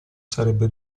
sarebbe